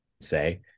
say